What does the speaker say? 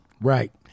Right